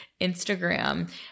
Instagram